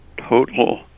total